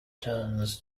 turns